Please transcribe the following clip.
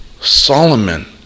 Solomon